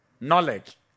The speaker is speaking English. knowledge